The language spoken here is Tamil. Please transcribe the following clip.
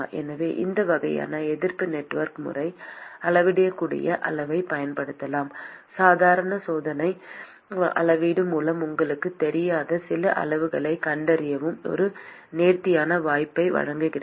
எனவே இந்த வகையான எதிர்ப்பு நெட்வொர்க் முறை அளவிடக்கூடிய அளவைப் பயன்படுத்தவும் சாதாரண சோதனை அளவீடு மூலம் உங்களுக்குத் தெரியாத சில அளவுகளைக் கண்டறியவும் ஒரு நேர்த்தியான வாய்ப்பை வழங்குகிறது